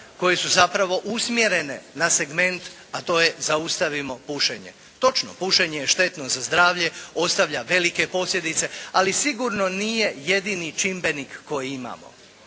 koje su zapravo usmjerene na segment, a to je zaustavimo pušenje. Točno. Pušenje je štetno za zdravlje. Ostavlja velike posljedice, ali sigurno nije jedini čimbenik koji imamo.